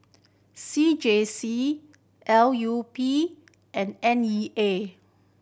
C J C L U P and N E A